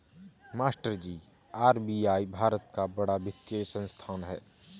मास्टरजी आर.बी.आई भारत का बड़ा वित्तीय संस्थान है